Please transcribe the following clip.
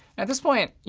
at this point, yeah